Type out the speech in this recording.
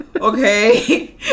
Okay